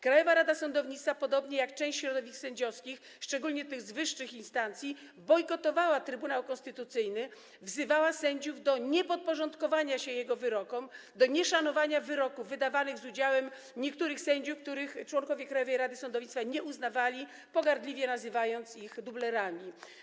Krajowa Rada Sądownictwa, podobnie jak część środowisk sędziowskich, szczególnie tych z wyższych instancji, bojkotowała Trybunał Konstytucyjny, wzywała sędziów do niepodporządkowywania się jego wyrokom, do nieszanowania wyroków wydawanych z udziałem niektórych sędziów, których członkowie Krajowej Rady Sądownictwa nie uznawali, pogardliwie nazywając dublerami.